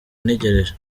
ntegereje